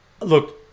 look